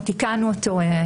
תיקנו אותו,